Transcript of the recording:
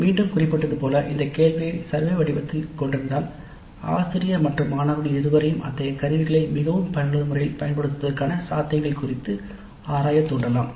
" மீண்டும் குறிப்பிட்டது போல இந்த கேள்வியைக் சர்வே படிவத்தில் கொண்டிருந்தால் ஆசிரிய மற்றும் மாணவர்கள் இருவரையும் அத்தகைய கருவிகளை மிகவும் பயனுள்ள முறையில் பயன்படுத்துவதற்கான சாத்தியங்கள் குறித்து ஆராய தூண்டலாம்